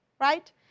right